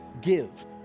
give